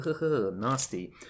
Nasty